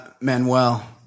Manuel